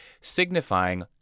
signifying